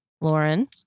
Lauren